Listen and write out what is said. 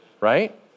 right